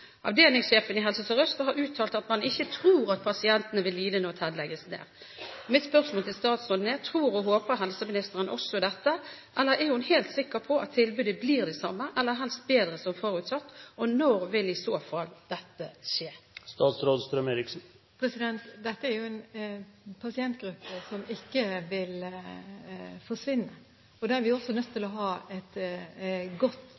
Avdelingssjefen i Helse Sør-Øst har uttalt at man ikke tror at pasientene vil lide når TEDD legges ned. Mitt spørsmål til statsråden er: Tror og håper også helseministeren dette, eller er hun helt sikker på at tilbudet blir det samme, eller helst bedre – som forutsatt? Og når vil i så fall dette skje? Dette er en pasientgruppe som ikke vil forsvinne, og da er vi også nødt til å ha et godt